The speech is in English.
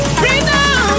freedom